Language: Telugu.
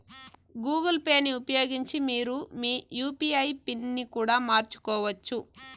గూగుల్ పేని ఉపయోగించి మీరు మీ యూ.పీ.ఐ పిన్ ని కూడా మార్చుకోవచ్చు